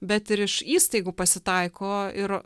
bet ir iš įstaigų pasitaiko ir